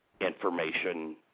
information